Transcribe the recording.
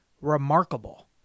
remarkable